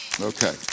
Okay